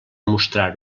mostrar